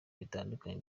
bitandukanye